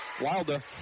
Wilder